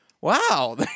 wow